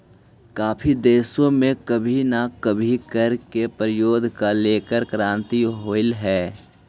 काफी देशों में कभी ना कभी कर के प्रतिरोध को लेकर क्रांति होलई हल